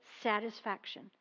satisfaction